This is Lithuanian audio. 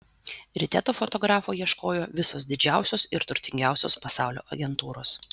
ryte to fotografo ieškojo visos didžiausios ir turtingiausios pasaulio agentūros